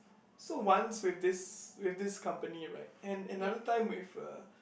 so once with this with this company right and another time with a